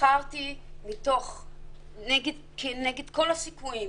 בחרתי כנגד כל הסיכויים,